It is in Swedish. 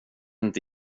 inte